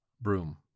Broom